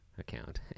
Account